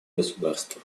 государство